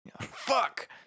Fuck